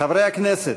חברי הכנסת,